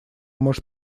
может